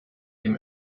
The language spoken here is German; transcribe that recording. dem